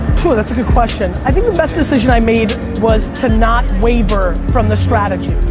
phew, that's a good question. i think the best decision i made was to not waver from the strategy.